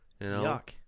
Yuck